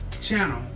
channel